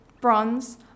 bronze